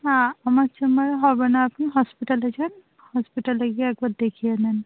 না আমার চেম্বার হবে না আপনি হসপিটালে যান হসপিটালে গিয়ে একবার দেখিয়ে নিন